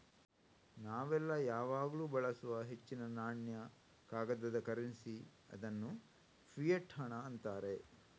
ನಾವೆಲ್ಲ ಯಾವಾಗ್ಲೂ ಬಳಸುವ ಹೆಚ್ಚಿನ ನಾಣ್ಯ, ಕಾಗದದ ಕರೆನ್ಸಿ ಅನ್ನು ಫಿಯಟ್ ಹಣ ಅಂತಾರೆ